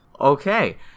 Okay